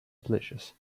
delicious